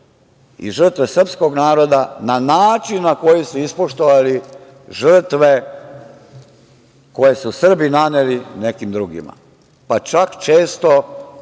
i žrtve srpskog naroda na način na koji su ispoštovali žrtve koje su Srbi naneli nekim drugima, pa čak često